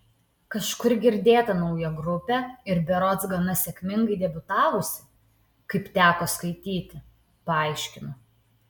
kažkur girdėta nauja grupė ir berods gana sėkmingai debiutavusi kaip teko skaityti paaiškino